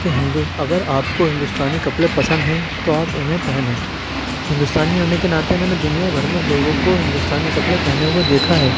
کہ ہندو اگر آپ کو ہندوستانی کپڑے پسند ہیں تو آپ اُنہیں پہنیں ہندوستانی ہونے کے ناتے میں نے دُنیا بھر میں لوگوں کو ہندوستانی کپڑے پہنے ہوئے دیکھا ہے